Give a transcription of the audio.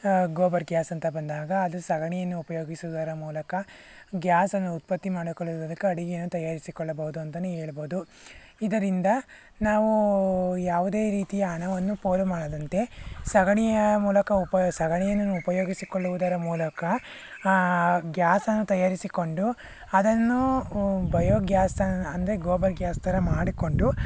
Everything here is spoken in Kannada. ಗೋಬರ್ ಗ್ಯಾಸ್ ಅಂತ ಬಂದಾಗ ಅದು ಸಗಣಿಯನ್ನು ಉಪಯೋಗಿಸುವುದರ ಮೂಲಕ ಗ್ಯಾಸನ್ನು ಉತ್ಪತ್ತಿ ಮಾಡಿಕೊಳ್ಳುವುದಕ್ಕೆ ಅಡಿಗೆಯನ್ನು ತಯಾರಿಸಿಕೊಳ್ಳಬಹುದು ಅಂತಲೇ ಹೇಳ್ಬೋದು ಇದರಿಂದ ನಾವು ಯಾವುದೇ ರೀತಿಯ ಹಣವನ್ನು ಪೋಲು ಮಾಡದಂತೆ ಸಗಣಿಯ ಮೂಲಕ ಉಪ ಸಗಣಿಯನ್ನು ಉಪಯೋಗಿಸಿಕೊಳ್ಳುವುದರ ಮೂಲಕ ಗ್ಯಾಸನ್ನು ತಯಾರಿಸಿಕೊಂಡು ಅದನ್ನು ಬಯೋಗ್ಯಾಸ್ ಅಂದರೆ ಗೋಬರ್ ಗ್ಯಾಸ್ ಥರ ಮಾಡಿಕೊಂಡು